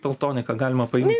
teltoniką galima paimti